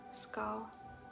skull